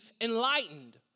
enlightened